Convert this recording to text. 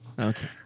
Okay